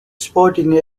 sporting